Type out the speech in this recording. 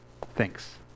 Thanks